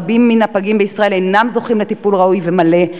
רבים מן הפגים בישראל אינם זוכים לטיפול ראוי ומלא,